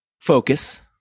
focus